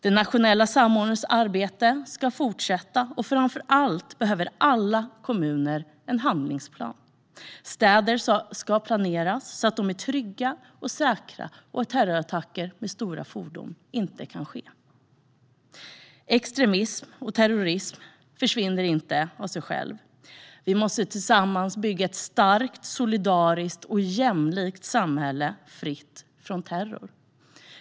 Den nationella samordnarens arbete ska fortsätta, och framför allt behöver alla kommuner en handlingsplan. Städer ska planeras så att de är trygga och säkra och så att terrorattacker med stora fordon inte kan ske. Extremism och terrorism försvinner inte av sig självt. Vi måste tillsammans bygga ett starkt, solidariskt och jämlikt samhälle fritt från terror.